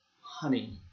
honey